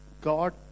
God